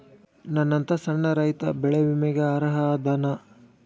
ನನ್ನಂತ ಸಣ್ಣ ರೈತಾ ಬೆಳಿ ವಿಮೆಗೆ ಅರ್ಹ ಅದನಾ?